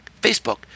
Facebook